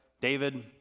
David